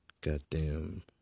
goddamn